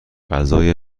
غذای